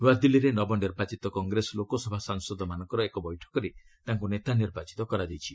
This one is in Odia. ନୁଆଦିଲ୍ଲୀରେ ନବନିର୍ବାଚିତ କଂଗ୍ରେସ ଲୋକସଭା ସାଂସଦମାନଙ୍କର ଏକ ବୈଠକରେ ତାଙ୍କୁ ନେତା ନିର୍ବାଚିତ କରାଯାଇଛି